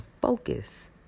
focus